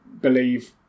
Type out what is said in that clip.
believe